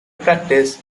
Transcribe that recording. practice